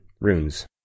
Runes